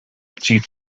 zieht